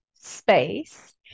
space